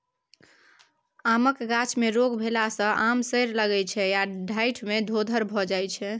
आमक गाछ मे रोग भेला सँ आम सरय लगै छै या डाढ़ि मे धोधर भए जाइ छै